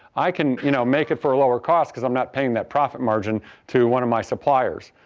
i can you know make it for lower cost because i'm not paying that profit margin to one of my suppliers.